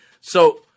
So-